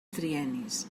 triennis